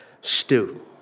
stew